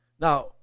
Now